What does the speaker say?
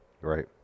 Right